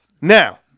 Now